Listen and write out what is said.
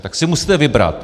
Tak si musíte vybrat.